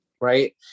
right